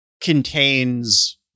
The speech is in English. contains